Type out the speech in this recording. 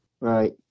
Right